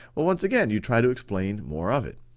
well once again, you try to explain more of it.